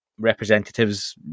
representatives